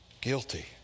guilty